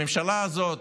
הממשלה הזאת,